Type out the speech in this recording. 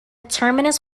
terminus